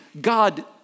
God